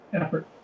effort